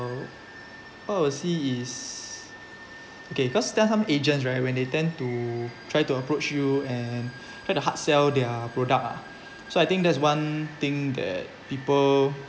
how I see is okay because there are some agents right when they tend to try to approach you and try to hard sell their product ah so I think there's one thing that people